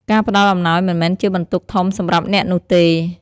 ការផ្ដល់អំណោយមិនមែនជាបន្ទុកធំសម្រាប់អ្នកនោះទេ។